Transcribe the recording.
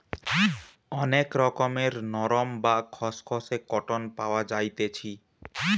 অনেক রকমের নরম, বা খসখসে কটন পাওয়া যাইতেছি